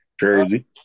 Jersey